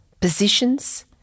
positions